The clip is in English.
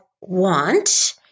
want